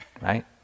Right